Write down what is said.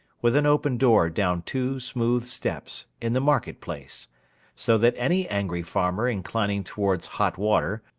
with an open door down two smooth steps, in the market-place so that any angry farmer inclining towards hot water,